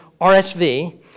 RSV